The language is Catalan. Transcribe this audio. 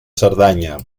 cerdanya